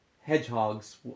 hedgehogs